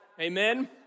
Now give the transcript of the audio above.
Amen